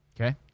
Okay